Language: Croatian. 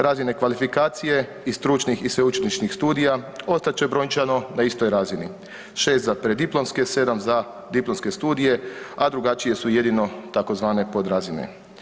Razine kvalifikacije i stručnih i sveučilišnih studija ostat će brojčano na istoj razini, 6 za preddiplomske, 7 za diplomske studije, a drugačije su jedino tzv. podrazine.